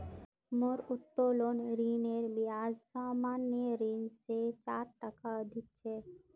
मोर उत्तोलन ऋनेर ब्याज सामान्य ऋण स चार टका अधिक छ